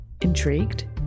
Intrigued